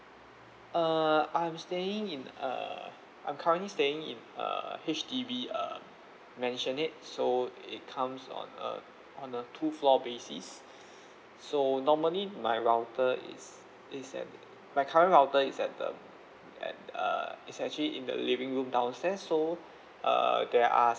err I'm staying in a I'm currently staying in a H_D_B uh maisonette so it comes on a on a two floor basis so normally my router is is at my current router is at the at err is actually in the living room downstairs so err there are